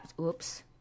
oops